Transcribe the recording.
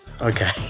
Okay